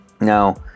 Now